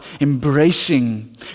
embracing